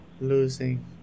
losing